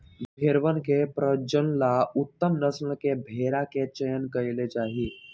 भेंड़वन के प्रजनन ला उत्तम नस्ल के भेंड़ा के चयन कइल जाहई